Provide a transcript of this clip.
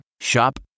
Shop